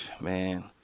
man